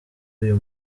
uyu